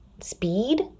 speed